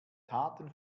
taten